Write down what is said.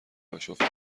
آشفته